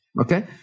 Okay